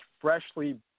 freshly